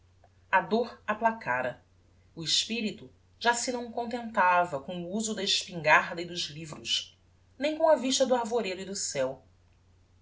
a dor applacára o espirito já se não contentava com o uso da espingarda e dos livros nem com a vista do arvoredo e do ceu